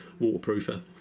waterproofer